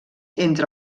entre